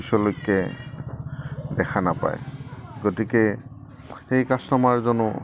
পিছলৈকে দেখা নাপায় গতিকে সেই কাষ্টমাৰজনো